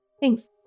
thanks